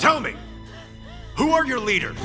tell me who are your leader